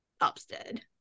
Upstead